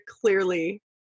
clearly